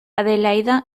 adelaida